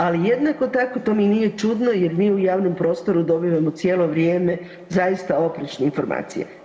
Ali jednako tako, to mi nije čudno jer mi u javnom prostoru dobivamo cijelo vrijeme zaista oprečne informacije.